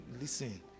Listen